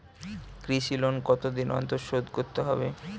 কৃষি লোন কতদিন অন্তর শোধ করতে হবে?